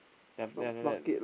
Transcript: then then after that